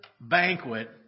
banquet